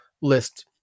list